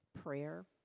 prayer